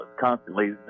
constantly